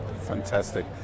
Fantastic